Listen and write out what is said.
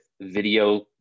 video